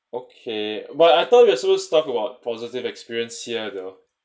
okay well I thought we were supposed to talk about positive experience here though